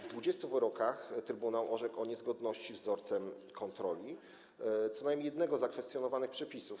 W 20 wyrokach trybunał orzekł o niezgodności z wzorcem kontroli co najmniej jednego z zakwestionowanych przepisów.